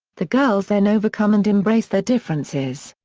the girls then overcome and embrace their differences.